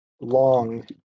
long